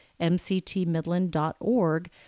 mctmidland.org